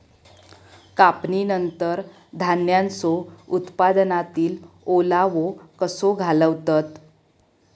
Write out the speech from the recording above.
कापणीनंतर धान्यांचो उत्पादनातील ओलावो कसो घालवतत?